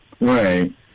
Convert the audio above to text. Right